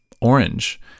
orange